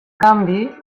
canvi